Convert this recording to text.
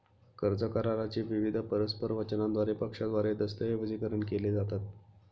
कर्ज करारा चे विविध परस्पर वचनांद्वारे पक्षांद्वारे दस्तऐवजीकरण केले जातात